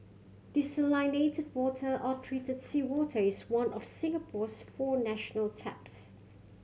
desalinated water or treated seawater is one of Singapore's four national taps